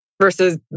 Versus